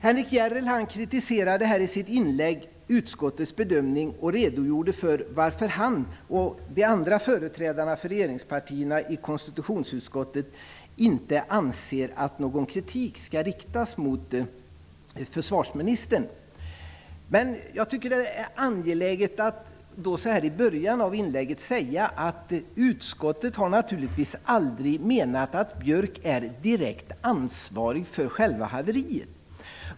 Henrik Järrel kritiserade i sitt inlägg utskottets bedömning och redogjorde för varför han och de andra företrädarna för regeringspartierna i konstitutionsutskottet inte anser att någon kritik skall riktas mot försvarsministern. Men jag tycker att det är angeläget att så här i början av inlägget säga att utskottet naturligtvis aldrig menat att Björck är direkt ansvarig för själva haveriet.